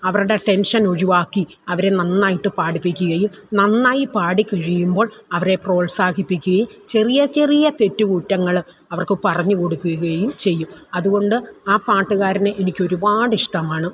അവരുടെ ടെൻഷനൊഴിവാക്കി അവരെ നന്നായിട്ട് പാടിപ്പിക്കുകയും നന്നായിപ്പാടിക്കഴിയുമ്പോൾ അവരെ പ്രോത്സാഹിപ്പിക്കുകയും ചെറിയ ചെറിയ തെറ്റുകുറ്റങ്ങൾ അവർക്ക് പറഞ്ഞുകൊടുക്കുകയും ചെയ്യും അതുകൊണ്ട് ആ പാട്ടുകാരനെ എനിക്കൊരുപാടിഷ്ടമാണ്